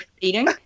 eating